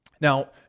Now